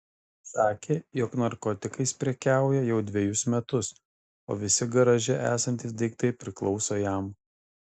sakė jog narkotikais prekiauja jau dvejus metus o visi garaže esantys daiktai priklauso jam